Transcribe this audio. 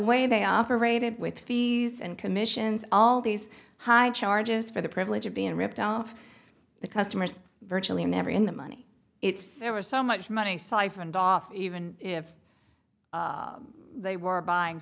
way they operated with fees and commissions all these high charges for the privilege of being ripped off the customers virtually never in the money it's ever so much money siphoned off even if they were buying